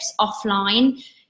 offline